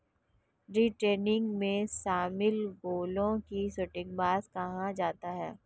day trading में शामिल लोगों को सट्टेबाज कहा जाता है